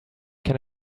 can